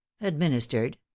administered